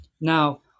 Now